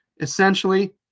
essentially